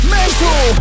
Mental